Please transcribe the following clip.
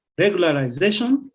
regularization